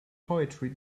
poetry